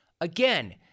Again